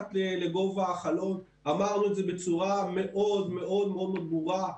מתחת לגובה החלון אמרנו את זה בצורה מאוד מאוד מאוד ברורה.